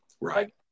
right